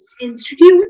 institute